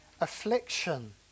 affliction